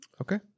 Okay